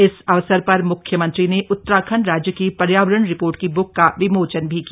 इस अवसर पर म्ख्यमंत्री ने उत्तराखण्ड राज्य की पर्यावरण रिपोर्ट की ब्क का विमोचन भी किया